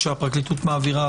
כשהפרקליטות מעבירה,